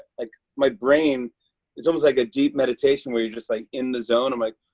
like, my brain it's almost like a deep meditation where you're just like in the zone. i'm like,